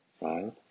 right